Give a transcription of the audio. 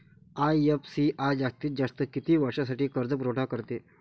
IFCI जास्तीत जास्त किती वर्षासाठी कर्जपुरवठा करते?